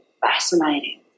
fascinating